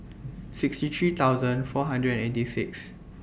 sixty three thousand four hundred and eighty six